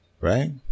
Right